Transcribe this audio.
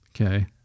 Okay